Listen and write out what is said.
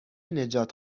نجات